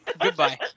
Goodbye